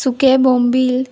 सुकें बोंबील